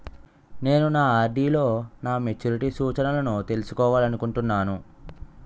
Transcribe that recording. నేను నా ఆర్.డి లో నా మెచ్యూరిటీ సూచనలను తెలుసుకోవాలనుకుంటున్నాను